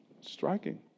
Striking